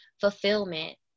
fulfillment